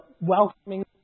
welcoming